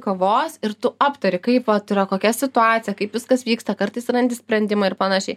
kavos ir tu aptari kaip vat yra kokia situacija kaip viskas vyksta kartais randi sprendimą ir panašiai